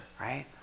right